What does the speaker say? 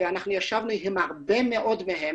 ישבנו עם הרבה מאוד מהם